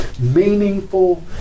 Meaningful